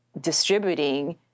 distributing